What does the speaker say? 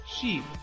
sheep